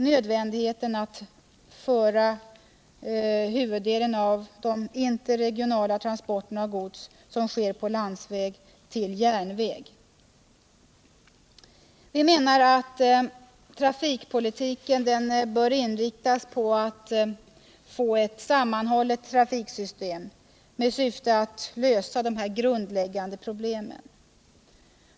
Nödvändigheten av att överföra huvuddelen av de interregionala transporter av gods som sker på landsväg till järnväg. Vi menar att trafikpolitiken bör inriktas på att åstadkomma ett sammanhållet trafiksystem med syfte att lösa de här grundläggande problemen.